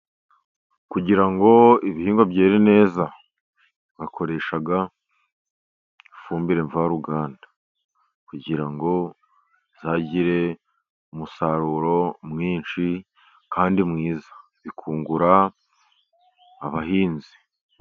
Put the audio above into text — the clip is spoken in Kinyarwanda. Kugira ngo ibihingwa byere neza, bakoresha ifumbire mvaruganda, kugira ngo bizagire umusaruro mwinshi kandi mwiza, bikungura abahinzi.